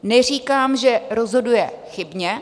Neříkám, že rozhoduje chybně.